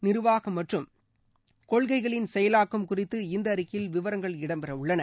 நிர்வாகம் மற்றும் கொள்கைகளின் செயலாக்கம் குறித்து இந்த அறிக்கையில் விவரங்கள் இடம்பெறவுள்ளன